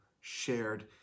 shared